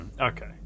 okay